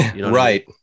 Right